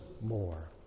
more